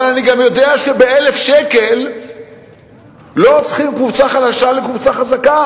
אבל אני גם יודע שב-1,000 שקל לא הופכים קבוצה חלשה לקבוצה חזקה.